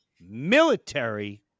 military